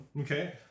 Okay